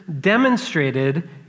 demonstrated